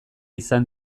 izan